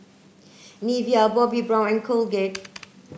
Nivea Bobbi Brown and Colgate